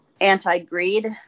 anti-greed